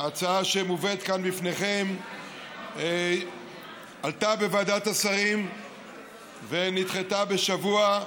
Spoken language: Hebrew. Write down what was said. ההצעה שמובאת כאן בפניכם עלתה בוועדת השרים ונדחתה בשבוע,